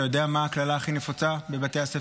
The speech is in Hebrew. אתה יודע מה הקללה הכי נפוצה בבתי הספר בישראל?